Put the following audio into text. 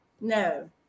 No